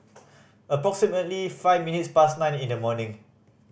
approximately five minutes past nine in the morning